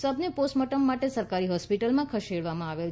શબને postmortem માટે સરકારી hospital ખસેડવામાં આવેલ